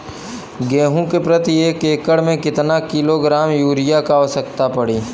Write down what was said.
गेहूँ के प्रति एक एकड़ में कितना किलोग्राम युरिया क आवश्यकता पड़ी?